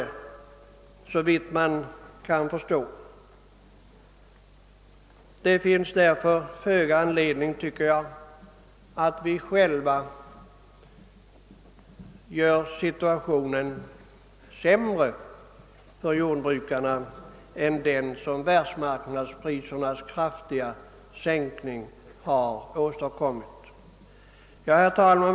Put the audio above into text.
Det finns därför föga anledning, tycker jag, att göra situationen sämre för jordbrukarna än vad världsmarknadsprisernas kraftiga sänkning har åstadkommit. Herr talman!